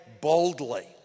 boldly